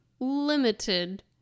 Limited